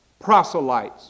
proselytes